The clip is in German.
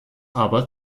aber